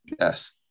Yes